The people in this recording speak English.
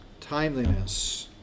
Timeliness